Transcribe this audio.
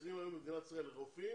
חסרים לנו היום במדינת ישראל מהנדסים.